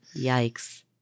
Yikes